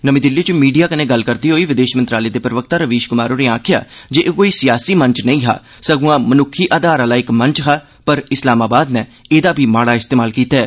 नमीं दिल्ली च मीडिया कन्नै गल्लबात करदे होई विदेश मंत्रालय दे प्रवक्ता रवीश कुमार होरें आखेआ जे एह् कोई सियासी मंच नेई हा सगुआं मनुक्खी आधार आहला इक मंच हा पर इस्लामाबाद नै एहदा माड़ा इस्तेमाल कीता ऐ